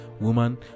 woman